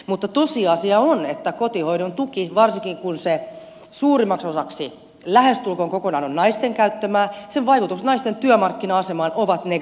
mutta tosiasia on että kotihoidon tuen varsinkin kun se suurimmaksi osaksi lähestulkoon kokonaan on naisten käyttämää vaikutukset naisten työmarkkina asemaan ovat negatiiviset